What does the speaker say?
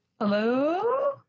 Hello